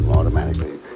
automatically